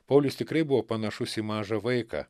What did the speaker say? paulius tikrai buvo panašus į mažą vaiką